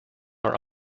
are